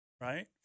right